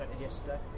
yesterday